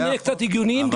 בוא נהיה קצת הגיוניים.